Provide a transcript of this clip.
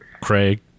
Craig